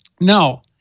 Now